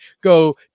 go